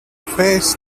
face